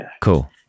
Cool